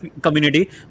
community